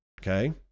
okay